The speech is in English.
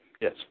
Yes